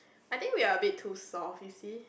I think we're a bit too soft you see